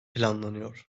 planlanıyor